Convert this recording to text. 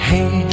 Hey